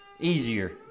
easier